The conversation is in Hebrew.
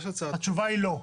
התשובה היא לא.